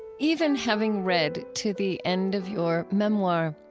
even having read to the end of your memoir,